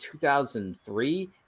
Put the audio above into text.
2003